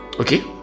Okay